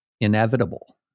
inevitable